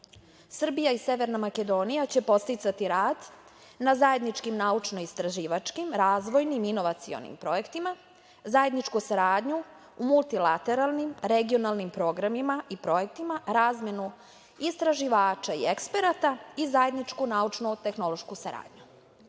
i Severna Makedonija će podsticati rad na zajedničkim naučno-istraživačkim, razvojnim, inovacionim projektima, zajedničku saradnju u multilateralnim, regionalnim programima i projektima, razmenu istraživača i eksperata i zajedničku naučnu tehnološku saradnju. Ugovorene